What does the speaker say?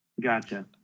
Gotcha